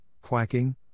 quacking